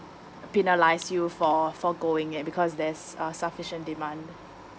penalize you for forgoing it because there's a sufficient demand